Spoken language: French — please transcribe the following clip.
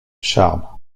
charmes